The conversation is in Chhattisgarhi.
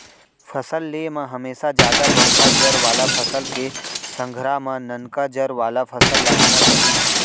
फसल ले म हमेसा जादा बड़का जर वाला फसल के संघरा म ननका जर वाला फसल लगाना चाही